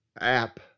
app